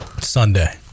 Sunday